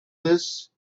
this